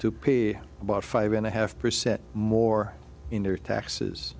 to pay about five and a half percent more in their taxes